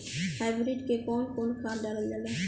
Hybrid में कउन कउन खाद डालल जाला?